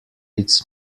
its